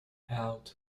out